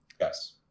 yes